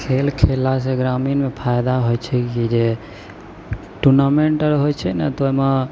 खेल खेललासँ ग्रामीणमे फायदा होइ छै कि जे टूर्नामेन्ट आओर होइ छै ने तऽ ओहिमे